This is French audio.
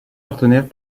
partenaires